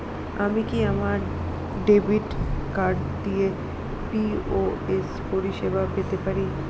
আমি কি আমার ডেবিট কার্ড দিয়ে পি.ও.এস পরিষেবা পেতে পারি?